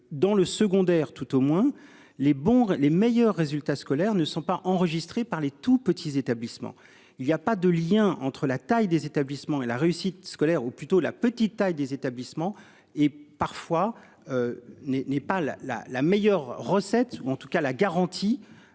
Dans le secondaire, tout au moins les bombes, les meilleurs résultats scolaires ne sont pas enregistrées par les tout petits établissements il y a pas de lien entre la taille des établissements et la réussite scolaire ou plutôt la petite taille des établissements et parfois. N'est n'est pas là la la meilleure recette ou en tout cas la garantie.